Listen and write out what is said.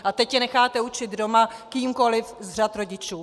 A teď je necháte učit doma kýmkoli z řad rodičů.